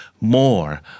more